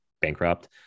bankrupt